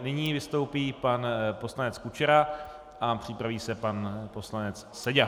Nyní vystoupí pan poslanec Kučera a připraví se pan poslanec Seďa.